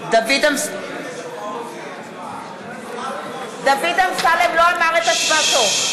אם אמרת "אינו נוכח" דוד אמסלם לא אמר את הצבעתו.